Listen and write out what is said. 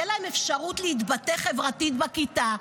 תהיה להם אפשרות להתבטא חברתית בכיתה.